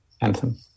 anthem